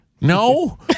No